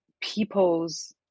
people's